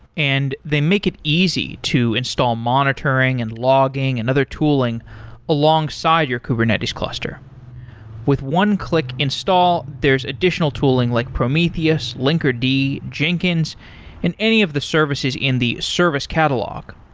and they make it easy to install monitoring and logging and other tooling alongside your kubernetes cluster with one-click install, there's additional tooling like prometheus, linkerd, jenkins and any of the services in the service catalog.